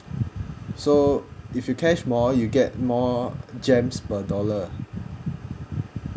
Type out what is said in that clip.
so if you cash more you get more lor gems per dollar